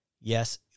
Yes